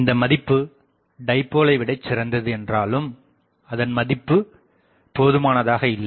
இந்த மதிப்பு டைபோல்ஐ விடச்சிறந்தது என்றாலும் அதன் மதிப்புப் போதுமானதாக இல்லை